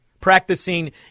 practicing